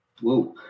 Whoa